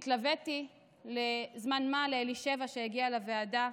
התלוויתי לזמן מה לאלישבע, שהגיעה לוועדה,